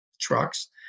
trucks